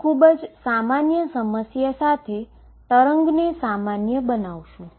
હવે અહીં હું એક કૌંસમાં Ae 2mE2xx0 લખું